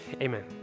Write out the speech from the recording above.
amen